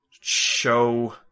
show